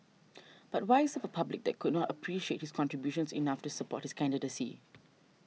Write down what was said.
but why serve a public that could not appreciate his contributions enough to support his candidacy